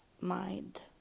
mind